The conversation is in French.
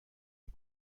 est